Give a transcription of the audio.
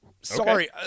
Sorry